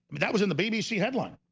but that was in the bbc headline.